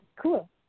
cool